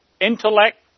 intellect